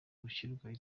gushyirwaho